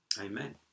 Amen